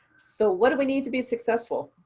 so what do we need to be successful?